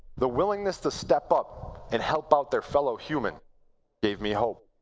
the willingness to step up and help out their fellow human gave me hope.